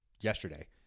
yesterday